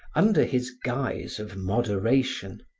under his guise of moderation,